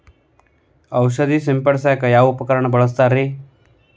ಔಷಧಿ ಸಿಂಪಡಿಸಕ ಯಾವ ಉಪಕರಣ ಬಳಸುತ್ತಾರಿ?